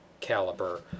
caliber